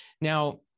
Now